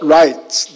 rights